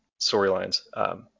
storylines